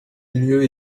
lieu